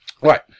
Right